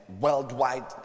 worldwide